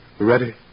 Ready